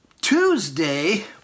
Tuesday